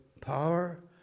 power